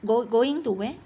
go going to where